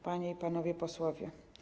Panie i Panowie Posłowie!